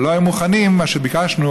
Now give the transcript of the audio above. אבל לא היו מוכנים למה שביקשנו,